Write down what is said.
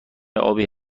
ابی